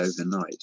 overnight